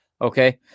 okay